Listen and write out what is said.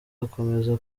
akomeza